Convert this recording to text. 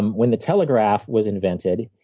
um when the telegraph was invented,